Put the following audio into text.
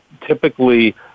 typically